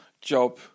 job